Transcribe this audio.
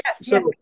Yes